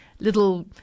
little